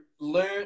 learn